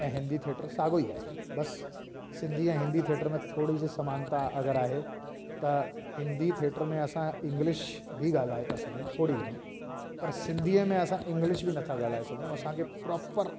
ऐं हिंदी थिएटर साॻियो ई आहे बसि सिंधी ऐं हिंदी थिएटर में थोरी सी समानता अगरि आहे त हिंदी थिएटर में असां इंगलिश बि ॻाल्हाए था सघूं थोरी घणी पर सिंधीअ में असां इंगलिश बि न था ॻाल्हाए सघूं असांखे प्रोपर